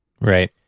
Right